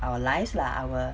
our lives our